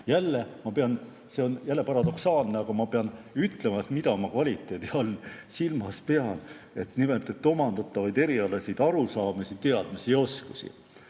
Jälle ma pean ütlema, see on paradoksaalne, aga ma pean ütlema, mida ma kvaliteedi all silmas pean, nimelt: omandatavaid erialasid, arusaamisi, teadmisi ja oskusi.